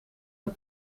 een